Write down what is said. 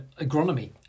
agronomy